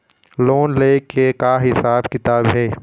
Loan ले के का हिसाब किताब हे?